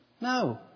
No